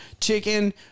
chicken